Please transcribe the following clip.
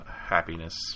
happiness